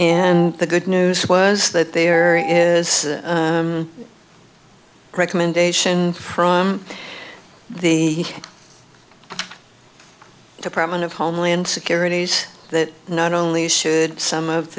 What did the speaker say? and the good news was that there is a recommendation from the department of homeland security's that not only should some of